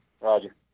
Roger